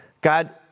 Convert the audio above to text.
God